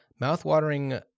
Mouth-watering